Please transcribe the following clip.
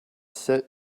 sit